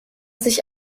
sich